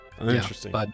Interesting